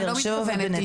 בבאר שבע ובנתיבות.